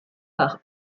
par